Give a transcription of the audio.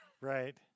Right